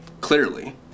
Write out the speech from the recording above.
Clearly